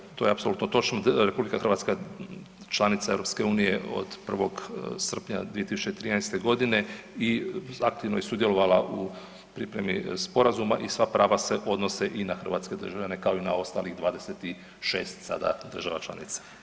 Svakako to je, to je apsolutno točno, RH je članica EU od 1. srpnja 2013.g. i aktivno je sudjelovala u pripremi sporazuma i sva prava se odnose i na hrvatske državljane, kao i na ostalih 26 sada država članica.